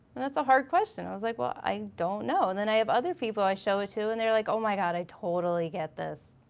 and that's a hard question, i was like i don't know. and then i have other people i show it to and they're like oh my god, i totally get this.